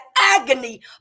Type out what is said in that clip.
agony